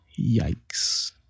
yikes